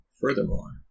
Furthermore